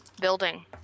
building